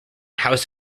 house